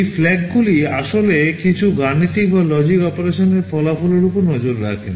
এই FLAGগুলি আসলে কিছু গাণিতিক বা লজিক অপারেশনের ফলাফলের উপর নজর রাখে